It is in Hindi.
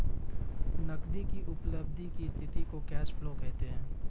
नगदी की उपलब्धि की स्थिति को कैश फ्लो कहते हैं